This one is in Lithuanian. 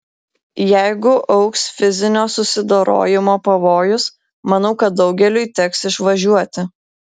jeigu augs fizinio susidorojimo pavojus manau kad daugeliui teks išvažiuoti